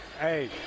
Hey